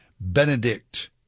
Benedict